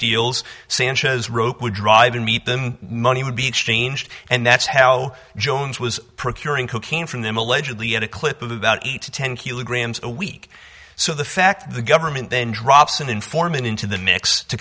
deals sanchez rope would drive and meet them money would be exchanged and that's how jones was procuring cocaine from them allegedly at a clip of about eight to ten kilograms a week so the fact the government then drops an informant into the mix to